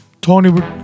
Tony